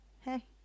hey